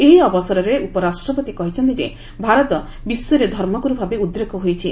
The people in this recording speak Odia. ଏହି ଅବସରରେ ଉପରାଷ୍ଟ୍ରପତି କହିଛନ୍ତି ଯେ ଭାରତ ବିଶ୍ୱରେ ଧର୍ମଗ୍ରର୍ ଭାବେ ଉଦ୍ରେକ ହୋଇଛି